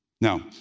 Now